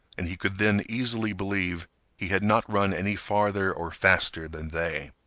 and he could then easily believe he had not run any farther or faster than they.